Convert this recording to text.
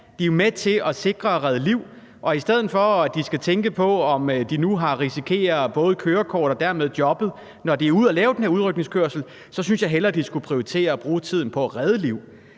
De er med til at sikre at redde liv, og i stedet for at de skal tænke på, om de nu risikerer kørekortet og dermed jobbet, når de er ude at lave den her udrykningskørsel, synes jeg hellere, de skulle prioritere at bruge tiden på at redde liv.